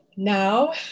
Now